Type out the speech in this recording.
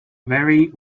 very